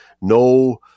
no